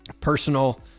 personal